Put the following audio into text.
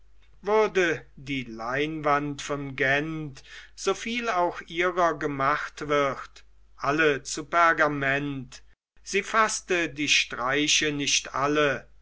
würde die leinwand von gent so viel auch ihrer gemacht wird alle zu pergament sie faßte die streiche nicht alle